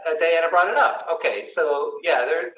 they had to run it up. okay. so, yeah,